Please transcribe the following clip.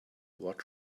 what